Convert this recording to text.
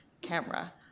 camera